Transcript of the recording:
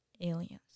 aliens